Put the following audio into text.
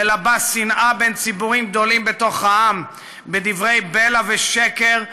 מלבה שנאה בין ציבורים גדולים בתוך העם בדברי בלע ושקר,